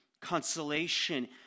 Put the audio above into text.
consolation